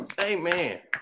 Amen